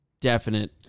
definite